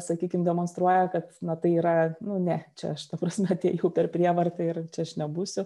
sakykim demonstruoja kad na tai yra nu ne čia aš ta prasme atėjau per prievartą ir čia aš nebūsiu